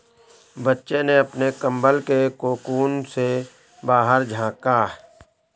बच्चे ने अपने कंबल के कोकून से बाहर झाँका